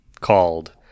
called